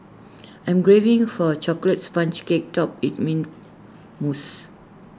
I'm craving for A Chocolates Sponge Cake Topped with Mint Mousse